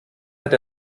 hat